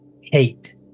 hate